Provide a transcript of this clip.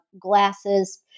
glasses